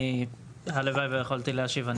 הלוואי ויכולתי להשיב.